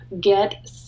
get